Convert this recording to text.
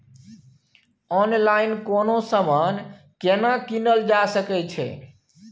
Online कोनो समान केना कीनल जा सकै छै?